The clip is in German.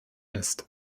ist